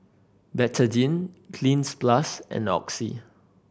Betadine Cleanz Plus and Oxy